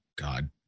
God